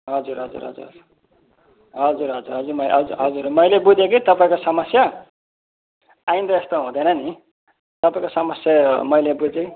हजुर हजुर हजुर हजुर हजुर हजुर मैले हजुर मैले बुझेँ कि तपाईँको समस्या आइन्दा यस्तो हुँदैन नि तपाईँको समस्या मैले बुझेँ